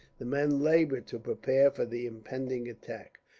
the men laboured to prepare for the impending attack.